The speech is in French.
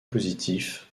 positif